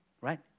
Right